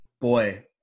boy